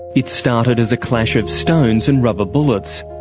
it started as a clash of stones and rubber bullets.